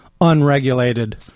unregulated